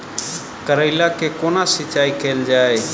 करैला केँ कोना सिचाई कैल जाइ?